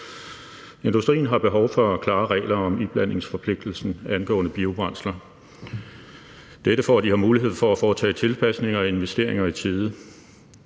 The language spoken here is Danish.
Industrien har behov for klare regler om iblandingsforpligtelsen angående biobrændsler, så de har mulighed for at foretage tilpasninger og investeringer i tide.